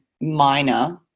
minor